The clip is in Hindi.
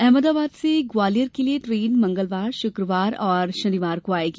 अहमदाबाद से ग्वालियर के लिये ट्रेन मंगलवार शुक्रवार और शनिवार को आयेगी